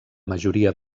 majoria